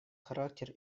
характер